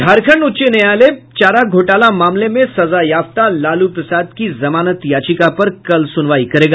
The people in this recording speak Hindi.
झारखंड उच्च न्यायालय चारा घोटाला मामले में सजायाफ्ता लालू प्रसाद की जमानत याचिका पर कल सुनवाई करेगा